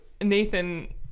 Nathan